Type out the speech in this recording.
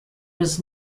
was